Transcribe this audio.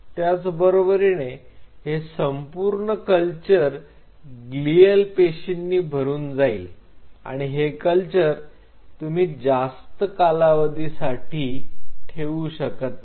त्याचबरोबरीने हे संपूर्ण कल्चर ग्लीअल पेशींनी भरून जाईल आणि हे कल्चर तुम्ही जास्त कालावधीसाठी ठेवू शकत नाही